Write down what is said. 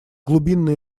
глубинное